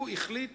הוא החליט